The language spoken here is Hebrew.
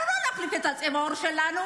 אנחנו לא נחליף את צבע העור שלנו,